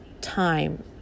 time